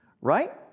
right